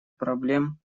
проблем